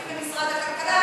כספים למשרד הכלכלה,